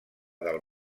del